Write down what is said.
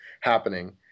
happening